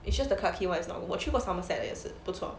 it's just the clarke quay [one] is not good 我去过 somerset 的也是不错